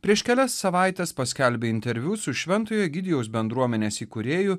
prieš kelias savaites paskelbė interviu su šventojo egidijaus bendruomenės įkūrėju